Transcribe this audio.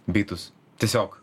bitus tiesiog